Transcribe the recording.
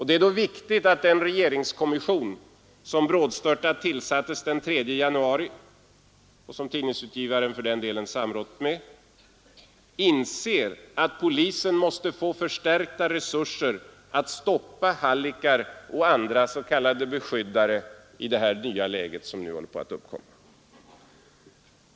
Det är då viktigt att den regeringskommission som brådstörtat tillsattes den 3 januari — och som Tidningsutgivareföreningen har samrått med — inser att polisen måste få förstärkta resurser för att stoppa hallickar och andra s.k. beskyddare i det nya läge som nu håller på att uppkomma.